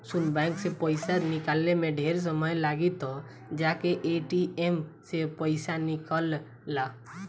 सुन बैंक से पइसा निकाले में ढेरे समय लागी त जाके ए.टी.एम से पइसा निकल ला